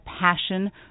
passion